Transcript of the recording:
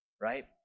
right